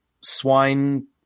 swine